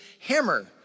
hammer